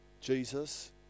Jesus